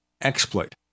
exploit